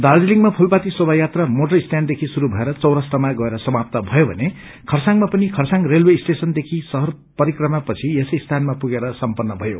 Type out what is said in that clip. दार्जीलिङ फूलपाती शोभा यात्रा मोटर स्टैण्डदेखि शुरू भएर चौरास्तामा गएर समाप्त भयो भने खरसाङमा पनि खरसाङ रेलवे स्टेशनदेखि शहर परिक्रमा पछि यसै स्थानमा पुगेर सम्पन्न भयो